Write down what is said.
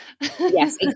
Yes